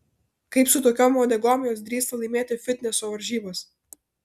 kaip su tokiom uodegom jos drįsta laimėti fitneso varžybas